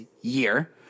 year